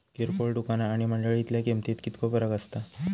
किरकोळ दुकाना आणि मंडळीतल्या किमतीत कितको फरक असता?